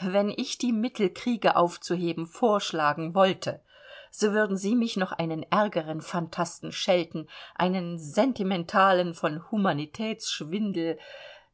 wenn ich die mittel kriege aufzuheben vorschlagen wollte so würden sie mich noch einen ärgeren phantasten schelten einen sentimentalen von humanitätsschwindel